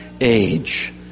age